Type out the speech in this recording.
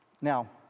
Now